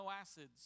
acids